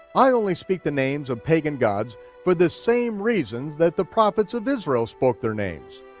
i only speak the names of pagan gods for the same reasons that the prophets of israel spoke their names,